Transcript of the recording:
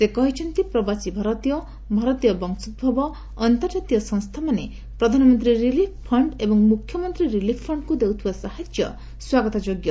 ସେ କହିଛନ୍ତି ପ୍ରବାସୀ ଭାରତୀୟ ଭାରତୀୟ ବଂଶୋଭବ ଅନ୍ତର୍ଜାତୀୟ ସଂସ୍ଥାମାନେ ପ୍ରଧାନମନ୍ତ୍ରୀ ରିଲିଫ୍ ଫଣ୍ଡ୍ ଏବଂ ମୁଖ୍ୟମନ୍ତ୍ରୀ ରିଲିଫ୍ ଫଣ୍ଡ୍କୁ ଦେଉଥିବା ସାହାଯ୍ୟ ସ୍ୱାଗତଯୋଗ୍ୟ